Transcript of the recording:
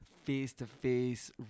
face-to-face